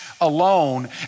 alone